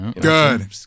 good